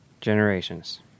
Generations